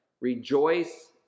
Rejoice